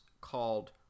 called